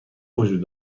وجود